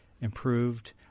improved